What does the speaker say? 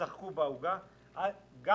תשחקו בעוגה - גם